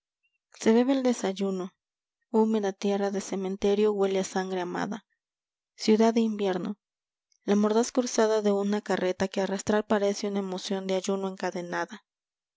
se bebe el desayuno húmeda tierra de cementerio huele a sangre amada ciudad de invierno la mordaz cruzada de una carreta que arrastrar parece una emoción de ayuno encadenada